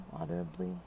audibly